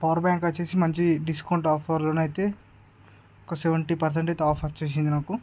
power bank వచ్చేసి మంచి discount ఆఫర్లో అయితే ఒక సెవెంటీ పర్సెంట్ అయితే ఆఫర్ వచ్చేసింది నాకు